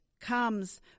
comes